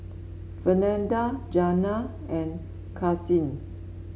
Fernanda Jana and Karsyn